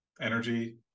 Energy